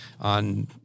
on